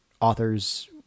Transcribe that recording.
authors